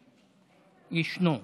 ישנו.